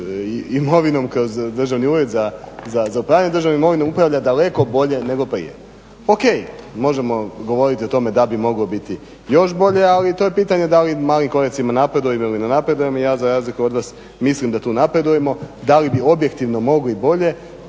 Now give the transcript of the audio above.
imovinom kroz Državni ured za upravljanjem državne imovine upravlja daleko bolje nego prije. Ok, možemo govoriti o tome da bi moglo biti još bolje, ali to je pitanje da li malim koracima napredujemo ili ne napredujemo, ja za razliku od vas mislim da tu napredujemo. Da li bi objektivno mogli bolje?